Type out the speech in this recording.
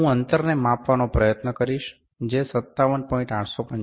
હું અંતર ને માપવા નો પ્રયત્ન કરીશ જે 57